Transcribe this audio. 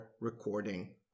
recording